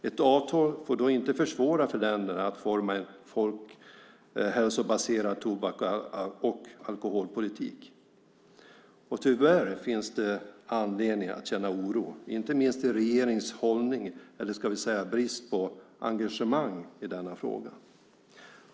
Ett avtal får då inte försvåra för länderna att forma en folkhälsobaserad tobaks och alkoholpolitik. Tyvärr finns det anledning att känna oro, inte minst med regeringens hållning, eller ska vi säga brist på engagemang i denna fråga.